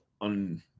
on